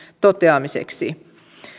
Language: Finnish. toteamiseksi